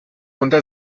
unter